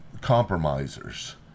compromisers